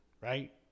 right